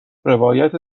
روایت